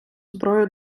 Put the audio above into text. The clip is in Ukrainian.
зброю